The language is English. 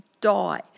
die